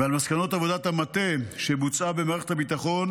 ועל מסקנות עבודת המטה שבוצעה במערכת הביטחון